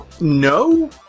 No